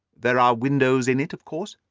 there are windows in it, of course?